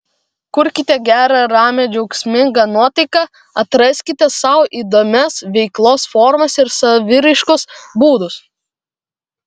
kurkite gerą ramią džiaugsmingą nuotaiką atraskite sau įdomias veiklos formas ir saviraiškos būdus